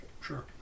Sure